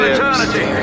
Eternity